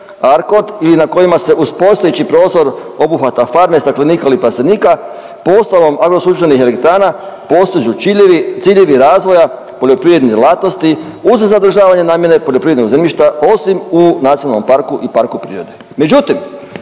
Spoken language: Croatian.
ili na kojima se uz postojeći prostor obuhvata farme, staklenika ili plastenika postavom agrosunačnih elektrana postižu ciljevi razvoja poljoprivrednih djelatnosti uz zadržavanje namjene poljoprivrednog zemljišta osim u nacionalnom parku i parku prirode,